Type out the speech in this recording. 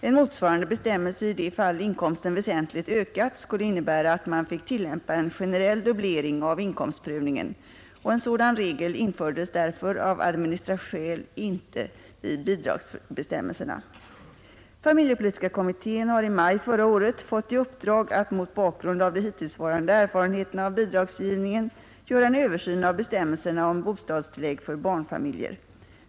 En motsvarande bestämmelse i de fall inkomsten väsentligt ökat skulle innebära att man fick tillämpa en generell dubblering av inkomstprövningen, och en sådan regel infördes därför av administrativa skäl inte Familjepolitiska kommittén har i maj förra året fått i uppdrag att mot bakgrund av de hittillsvarande erfarenheterna av bidragsgivningen göra en översyn av bestämmelserna om bostadstillägg för barnfamiljer.